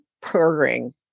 purring